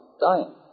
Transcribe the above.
dying